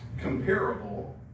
comparable